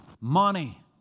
money